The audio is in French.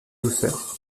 douceur